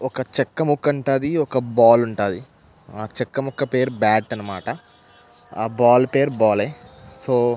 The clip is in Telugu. ఒక చెక్కముక్క ఉంటుంది ఒక బాల్ ఉంటుంది ఆ చెక్కముక్క పేరు బ్యాట్ అన్నమాట ఆ బాల్ పేరు బాలేదు సో